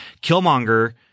Killmonger